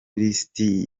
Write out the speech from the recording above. lisiti